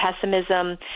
pessimism